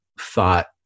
thought